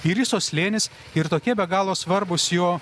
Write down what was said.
is isos slėnis ir tokie be galo svarbūs jo